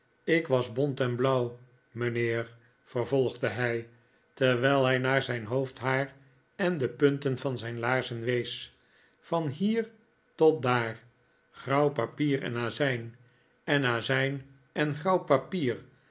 ik was bont en blauw mijnheer vervolgde hij terwijl hij naar zijn hoofdhaar en de punten van zijn laarzen wees van hier tot daar grauw papier en azijn en azijn en